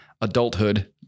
adulthood